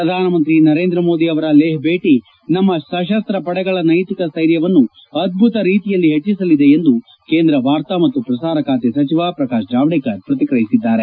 ಪ್ರಧಾನಮಂತ್ರಿ ನರೇಂದ್ರ ಮೋದಿ ಅವರ ಲೇಷ್ ಭೇಟಿ ನಮ್ನ ಸಶಸ್ತ ಪಡೆಗಳ ನೈತಿಕ ಸ್ಟೈರ್ಯವನ್ನು ಅದ್ದುತ ರೀತಿಯಲ್ಲಿ ಹೆಚ್ಚಸಲಿದೆ ಎಂದು ಕೇಂದ್ರ ವಾರ್ತಾ ಮತ್ನು ಪ್ರಸಾರ ಸಚಿವ ಪ್ರಕಾಶ್ ಜಾವಡೇಕರ್ ಪ್ರತಿಕ್ರಿಯಿಸಿದ್ದಾರೆ